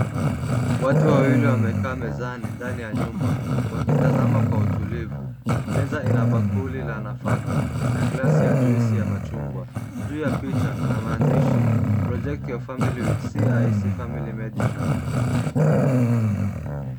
Watu wawili wamekaa mezani ndani ya nyumba wakitazama kwa utulivu. Meza ina bakuli za nafaka na glasi ya juisi ya machungwa. Juu ya picha kuna maandishi project your family with CIC family medisure .